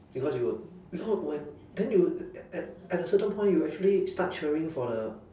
because you will no when then you a~ at at a certain point you actually start cheering for the